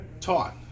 taught